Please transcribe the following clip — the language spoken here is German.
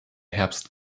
herbst